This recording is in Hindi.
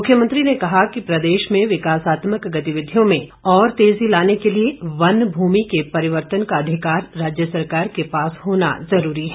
मुख्यमंत्री ने कहा कि प्रदेश में विकासात्मक गतिविधियों में और तेजी लाने के लिए वन भूमि के परिवर्तन का अधिकार राज्य सरकार के पास होना जरूरी है